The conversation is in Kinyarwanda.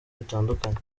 bitandukanye